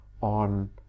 on